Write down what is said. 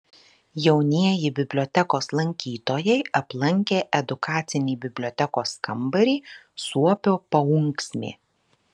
jaunieji bibliotekos lankytojai aplankė edukacinį bibliotekos kambarį suopio paunksmė